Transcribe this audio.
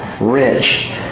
rich